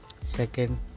second